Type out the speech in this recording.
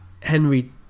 Henry